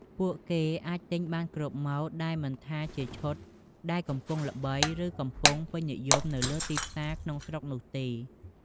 ពួកគេអាចទិញបានគ្រប់ម៉ូដដែលមិនថាជាឈុតដែលកំពុងល្បី ឬកំពុងពេញនិយមនៅលើទីផ្សារក្នុងស្រុកនោះទេ។